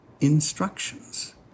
instructions